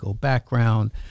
background